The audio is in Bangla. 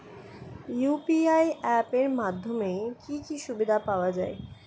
ইউ.পি.আই অ্যাপ এর মাধ্যমে কি কি সুবিধা পাওয়া যায়?